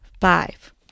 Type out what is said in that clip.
Five